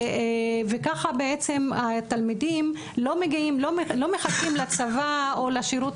ככה בעצם התלמידים לא מחכים לצבא או לשירות